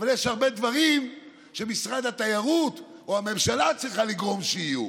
אבל יש הרבה דברים שמשרד התיירות או הממשלה צריכה לגרום שיהיו.